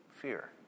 fear